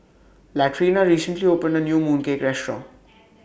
Latrina recently opened A New Mooncake Restaurant